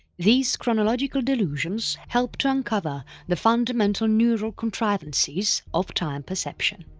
these chronological delusions help to uncover the fundamental neural contrivances of time perception.